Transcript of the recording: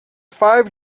five